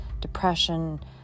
depression